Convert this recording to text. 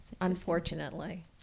Unfortunately